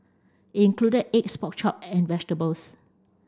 it included eggs pork chop and vegetables